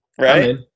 Right